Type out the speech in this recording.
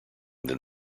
than